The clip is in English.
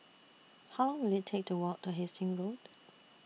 How Long Will IT Take to Walk to Hastings Road